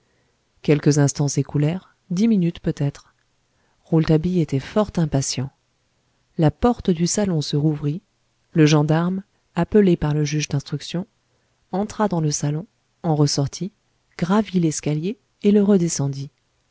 quelques instants s'écoulèrent dix minutes peut-être rouletabille était fort impatient la porte du salon se rouvrit le gendarme appelé par le juge d'instruction en ressortit gravit l'escalier et le redescendit